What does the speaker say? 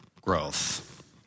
growth